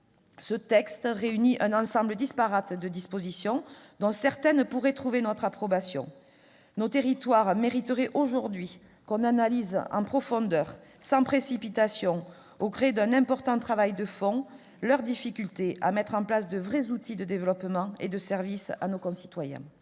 ce texte réunit un ensemble disparate de dispositions, dont certaines pourraient recueillir notre approbation. Nos territoires mériteraient aujourd'hui que l'on analyse en profondeur et sans précipitation, à l'occasion d'un important travail de fond, leurs difficultés à mettre en place de vrais outils de développement et de service pour nos concitoyens.